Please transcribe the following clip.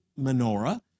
menorah